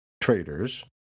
traders